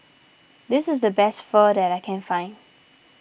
this is the best Pho that I can find